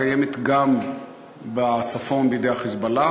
קיימת גם בצפון בידי ה"חיזבאללה"